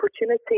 opportunity